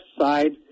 side